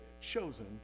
Chosen